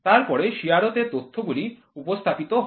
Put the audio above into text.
তারপরে CRO তে তথ্যগুলি উপস্থাপিত হয়